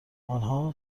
آنها